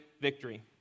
victory